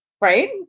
right